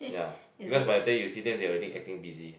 ya because by the time you see them they are already acting busy